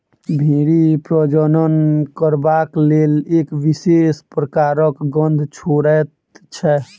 भेंड़ी प्रजनन करबाक लेल एक विशेष प्रकारक गंध छोड़ैत छै